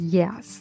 yes